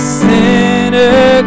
sinner